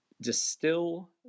distill